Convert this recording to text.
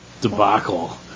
debacle